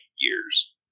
years